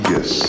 Yes